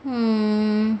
hmm